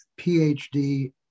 PhD